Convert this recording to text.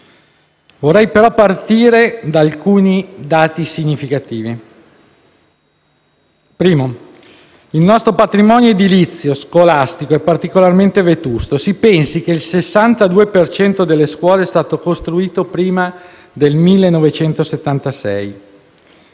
Vorrei partire da alcuni dati significativi. Il primo è che il nostro patrimonio edilizio scolastico è particolarmente vetusto: si pensi che il 62 per cento delle scuole è stato costruito prima del 1976;